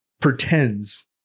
pretends